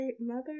mother